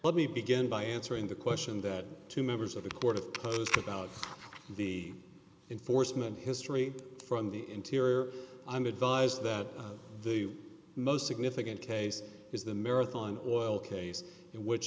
let me begin by answering the question that two members of the court of post about the enforcement history from the interior i'm advised that the most significant case is the marathon oil case in which